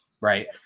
right